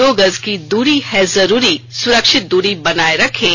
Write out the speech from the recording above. दो गज की दूरी है जरूरी सुरक्षित दूरी बनाए रखें